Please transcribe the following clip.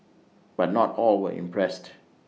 but not all were impressed